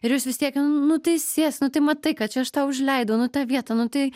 ir jūs vis tiek nu tai sėsk nu tai matai kad čia aš tau užleidau nu tą vietą nu tai